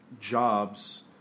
jobs